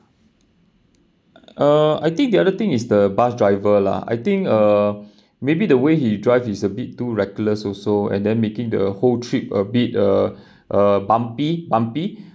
uh I think the other thing is the bus driver lah I think uh maybe the way he drive is a bit too reckless also and then making the whole trip a bit uh uh bumpy bumpy